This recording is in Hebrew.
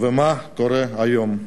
ומה קורה היום?